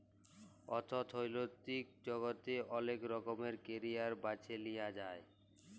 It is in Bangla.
অথ্থলৈতিক জগতে অলেক রকমের ক্যারিয়ার বাছে লিঁয়া যায়